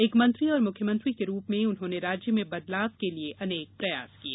एक मंत्री और मुख्यमंत्री के रूप में उन्होंने राज्य में बदलाव के लिये अनेक प्रयास किये